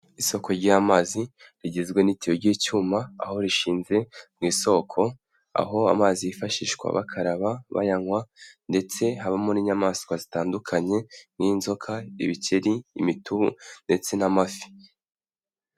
Isoko ry'amazi rigizwe n'ikiyo cy'icyuma, aho rishinze mu isoko, aho amazi yifashishwa bakaraba bayanywa, ndetse habamo n'inyamaswa zitandukanye n'inzoka, ibikeri, imitubu ndetse n'amafi.